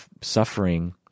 suffering